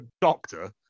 doctor